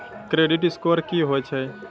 Credit score की होय छै?